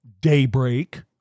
daybreak